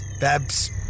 Babs